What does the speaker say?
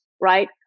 Right